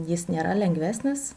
jis nėra lengvesnis